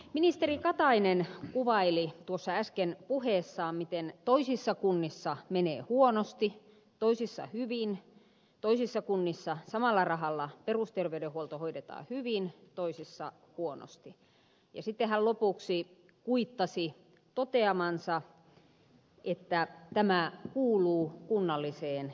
ministeri katainen kuvaili tuossa äsken puheessaan miten toisissa kunnissa menee huonosti toisissa hyvin toisissa kunnissa samalla rahalla perusterveydenhuolto hoidetaan hyvin toisissa huonosti ja sitten hän lopuksi kuittasi toteamansa että tämä kuuluu kunnalliseen itsehallintoon